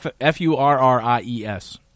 F-U-R-R-I-E-S